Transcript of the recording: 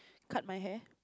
cut my hair